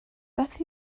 beth